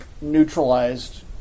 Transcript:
neutralized